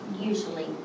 usually